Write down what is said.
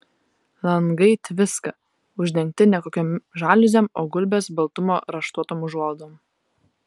langai tviska uždengti ne kokiom žaliuzėm o gulbės baltumo raštuotom užuolaidom